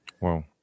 Wow